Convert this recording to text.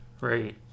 right